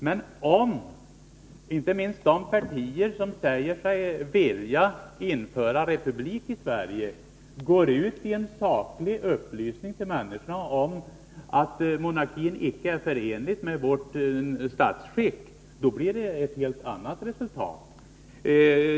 Men om inte minst de partier som säger sig vilja införa republik i Sverige går ut med en saklig upplysning till människorna om att monarkin icke är förenlig med vårt statsskick, skulle resultatet bli ett helt annat.